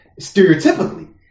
stereotypically